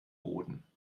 boden